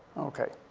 okay.